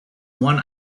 one